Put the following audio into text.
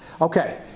Okay